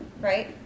Right